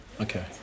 Okay